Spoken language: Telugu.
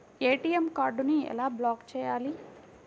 ఏ.టీ.ఎం కార్డుని ఎలా బ్లాక్ చేయాలి?